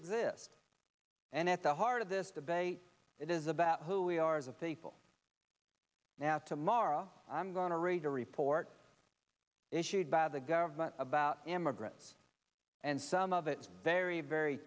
exists and at the heart of this debate it is about who we are as a faithful now tomorrow i'm going to read a report issued by the government about immigrants and some of it very